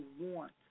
want